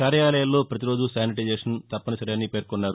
కార్యాలయాల్లో ప్రతి రోజూ శానిటైజేషన్ తప్పనిసరి అని పేర్కొన్నారు